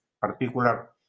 particular